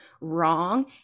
wrong